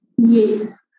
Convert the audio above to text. Yes